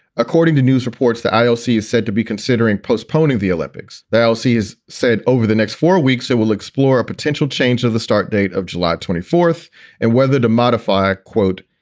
according to news reports, the ioc is said to be considering postponing the olympics. they elsie's said over the next four weeks they will explore a potential change of the start date of july twenty fourth and whether to modify, quote,